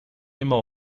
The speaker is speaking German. immer